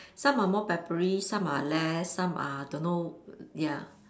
some are more peppery some are less some are don't know ya